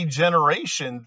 generation